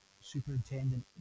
Superintendent